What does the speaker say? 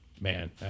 man